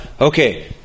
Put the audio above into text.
okay